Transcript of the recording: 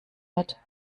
mit